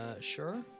sure